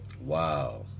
Wow